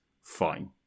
fine